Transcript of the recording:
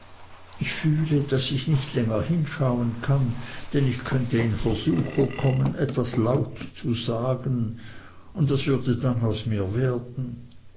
ich fühle daß ich nicht länger hinschauen kann denn ich könnte in versuchung kommen etwas laut zu sagen und was würde dann aus mir werden